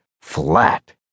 flat